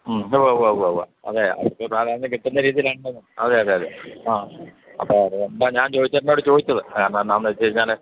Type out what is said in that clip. മ്മ് ഉവ്വ് ഉവ്വ് ഉവ്വ് ഉവ്വ് ഉവ്വ് അതേ അതിപ്പോള് സാധാരണ കെട്ടുന്ന രീതിയിലാണല്ലോ അതെ അതെ അതെ ആ അപ്പോള് അതുകൊണ്ടാണു ഞാൻ ജോയിച്ചേട്ടനോടു ചോദിച്ചത് കാരണം എന്നാന്നു വച്ചുകഴിഞ്ഞാല്